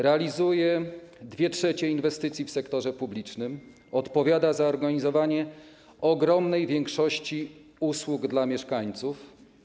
Realizuje 2/3 inwestycji w sektorze publicznym, odpowiada za organizowanie ogromnej większości usług dla mieszkańców.